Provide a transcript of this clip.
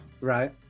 Right